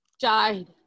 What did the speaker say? died